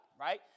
right